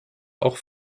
auch